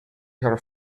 her